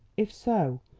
if so,